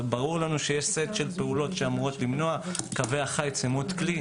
אבל ברור לנו שיש סט של פעולות שאמורות למנוע וקווי החיץ הם עוד כלי.